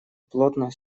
плотно